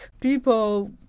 People